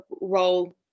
role